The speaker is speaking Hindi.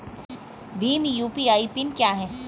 भीम यू.पी.आई पिन क्या है?